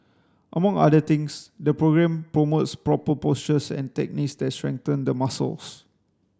among other things the programme promotes proper postures and techniques that strengthen the muscles